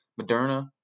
Moderna